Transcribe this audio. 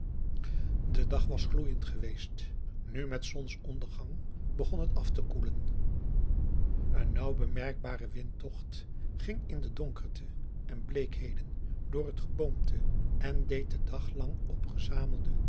de dag was gloeiend geweest nu met zonsondergang begon het af te koelen een nauw bemerkbare windtocht ging in donkerten en bleekheden door het geboomte en deed den daglang opgezamelden